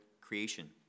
creation